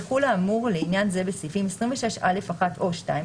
יחול האמור לעניין זה בסעיפים 26(א)(1) או (2),